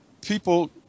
people